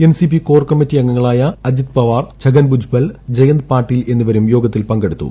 NCP core committee അംഗങ്ങളായ അജിക് പവാർ ഛഗൻ ദുജ്ബൽ ജയന്ത് പട്ടീൽ എന്നിവരും യോഗത്തിൽ പങ്കെടുത്തു